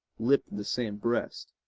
lipped the same breast.